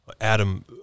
Adam